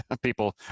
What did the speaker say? people